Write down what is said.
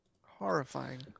Horrifying